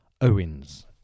Owens